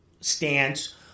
stance